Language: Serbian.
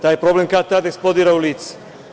Taj problem kad-tad eksplodira u lice.